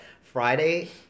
Friday